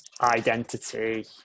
identity